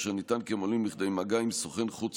אשר נטען כי הם עולים לכדי מגע עם סוכן חוץ,